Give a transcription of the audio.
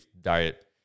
diet